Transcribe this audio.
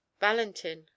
valentin